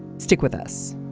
stick with us